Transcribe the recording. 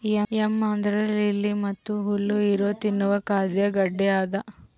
M ಅಂದುರ್ lily ಮತ್ತ ಹುಲ್ಲು ಇರೊ ತಿನ್ನುವ ಖಾದ್ಯ ಗಡ್ಡೆ ಅದಾ